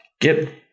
get